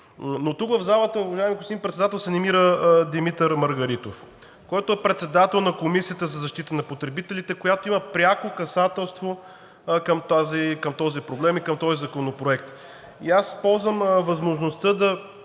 Но тук в залата, уважаеми господин Председател, се намира Димитър Маргаритов, който е председател на Комисията за защита на потребителите, която има пряко касателство към този проблем и към този законопроект. Използвам възможността да